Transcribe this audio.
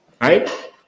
right